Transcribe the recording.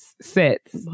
sets